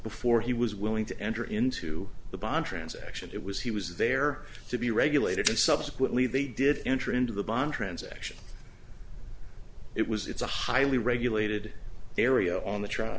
before he was willing to enter into the bond transaction it was he was there to be regulated and subsequently they did enter into the bond transaction it was it's a highly regulated area on the trial